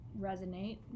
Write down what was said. resonate